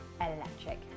electric